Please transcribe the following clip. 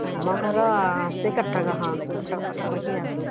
ଆମ ଘର ସେହି କଟକ ହଁ କଟକ ପାଖାପାଖି ଆଉ